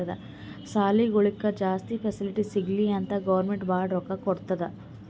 ಸಾಲಿಗೊಳಿಗ್ ಜಾಸ್ತಿ ಫೆಸಿಲಿಟಿ ಸಿಗ್ಲಿ ಅಂತ್ ಗೌರ್ಮೆಂಟ್ ಭಾಳ ರೊಕ್ಕಾ ಕೊಡ್ತುದ್